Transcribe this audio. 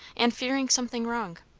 and fearing something wrong.